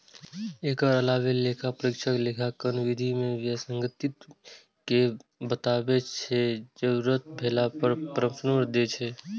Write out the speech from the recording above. एकर अलावे लेखा परीक्षक लेखांकन विधि मे विसंगति कें बताबै छै, जरूरत भेला पर परामर्श दै छै